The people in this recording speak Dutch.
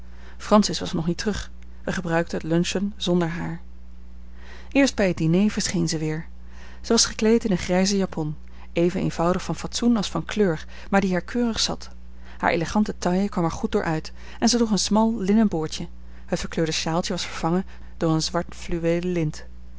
francis was nog niet terug wij gebruikten het luncheon zonder haar eerst bij het diner verscheen zij weer zij was gekleed in een grijze japon even eenvoudig van fatsoen als van kleur maar die haar keurig zat haar elegante taille kwam er goed door uit en zij droeg een smal linnen boordje het verkleurde sjaaltje was vervangen door een zwart fluweel lint